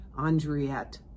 Andriette